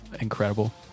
incredible